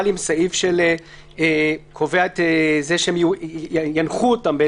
אבל עם סעיף שקובע שינחו אותם,